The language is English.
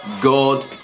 God